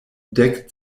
dek